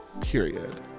Period